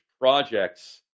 projects